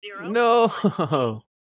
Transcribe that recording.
No